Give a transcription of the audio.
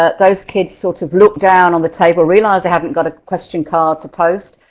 ah those kids sort of look down on the table, realize they haven't got a question card to post,